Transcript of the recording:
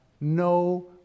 no